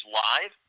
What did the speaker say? live